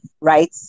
right